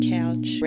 Couch